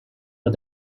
but